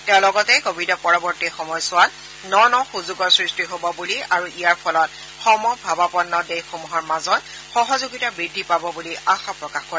তেওঁ লগতে কোৱিডৰ পৰৱৰ্তী সময়চোৱাত ন ন সুযোগৰ সৃষ্টি হব বুলি আৰু ইয়াৰ ফলত সম ভাৱাপন্ন দেশসমূহৰ মাজত সহযোগিতা বৃদ্ধি পাব বুলি আশা প্ৰকাশ কৰে